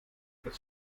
das